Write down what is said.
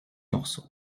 morceaux